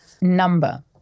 number